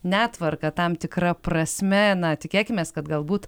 netvarką tam tikra prasme na tikėkimės kad gal būt